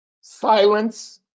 Silence